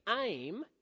aim